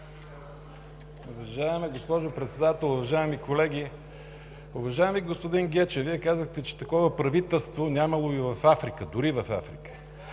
Уважаема госпожо Председател, уважаеми колеги! Уважаеми господин Гечев, Вие казахте, че такова правителство нямало и в Африка, дори и в Африка.